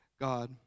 God